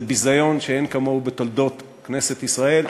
זה ביזיון שאין כמוהו בתולדות כנסת ישראל,